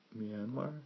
Myanmar